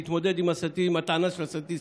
להתמודד עם הטענה של הסטטיסטיקות.